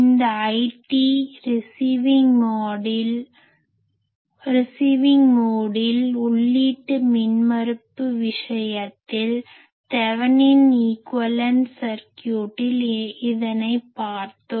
இந்த IT receiving மோடில் உள்ளீட்டு மின்மறுப்பு விஷயத்தில் தெவெனின் ஈக்வேலன்ட் சர்க்யூட்டில் இதனை பார்த்தோம்